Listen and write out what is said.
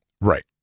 right